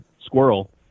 squirrel